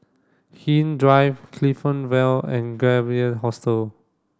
Hindhede Drive Clifton Vale and Gap Year Hostel